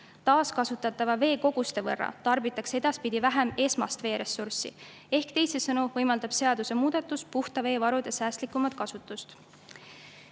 Taaskasutatava vee koguste võrra tarbitakse edaspidi vähem esmast veeressurssi ehk teisisõnu võimaldab seadusemuudatus puhta vee varude säästlikumat kasutust.